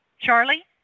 Charlie